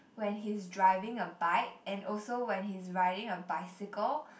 when he's driving a bike and also when he's riding a bicycle